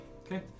Okay